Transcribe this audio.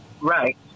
Right